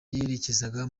yerekezaga